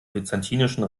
byzantinischen